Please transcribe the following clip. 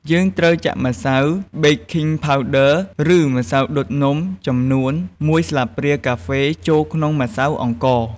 យើងត្រូវចាក់ម្សៅបេកឃីងផាវឌឺ ឬម្សៅដុតនំ ចំនួន ១ស្លាបព្រាកាហ្វេចូលក្នុងម្សៅអង្ករ។